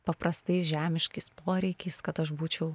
paprastais žemiškais poreikiais kad aš būčiau